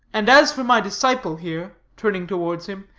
and as for my disciple here, turning towards him,